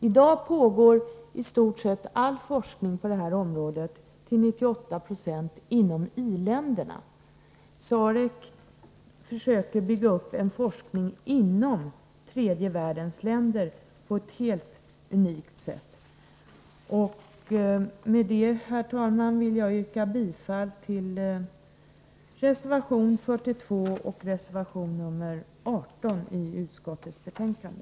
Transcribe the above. I dag pågår i stort sett all forskning på detta område till 98 20 inom i-länderna. SAREC försöker bygga upp en forskning inom tredje världens länder på ett helt unikt sätt. Med detta, herr talman, vill jag yrka bifall till reservationerna 18 och 42 i utskottets betänkande.